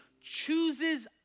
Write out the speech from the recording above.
chooses